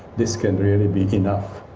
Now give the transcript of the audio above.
this can really be enough.